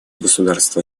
государства